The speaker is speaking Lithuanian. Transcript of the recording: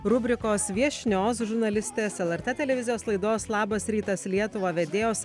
rubrikos viešnios žurnalistės lrt televizijos laidos labas rytas lietuva vedėjos